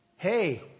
Hey